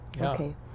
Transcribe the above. Okay